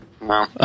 No